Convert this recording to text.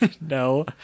no